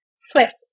swiss